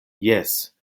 jes